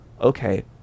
okay